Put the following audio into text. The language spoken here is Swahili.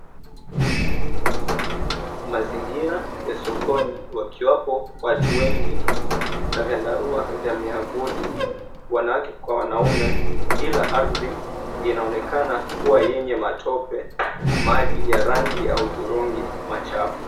Mazingira ya sokoni, wakiwapo watu wengi na vyandarua vya miavuli, wanawake kwa wanaume ila ardhi inaonekana kuwa yenye matope, maji ya rangi ya hudhurungi machafu.